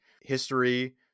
history